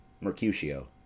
Mercutio